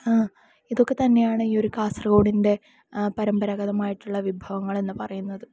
ഇതൊക്കെത്തന്നെയാണ് ഈ ഒരു കാസർഗോഡിൻ്റെ പരമ്പരാഗതമായിട്ടുള്ള വിഭവങ്ങൾ എന്നുപറയുന്നത്